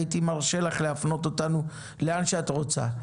הייתי מרשה לך להפנות אותנו לאן שאת רוצה.